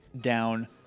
down